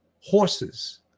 horses